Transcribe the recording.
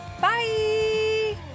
bye